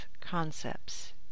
concepts